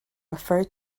refer